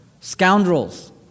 scoundrels